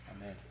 Amen